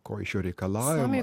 ko iš jo reikalaujama